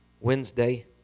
Wednesday